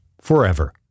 forever